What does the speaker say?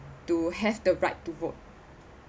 to have the right to vote